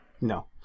No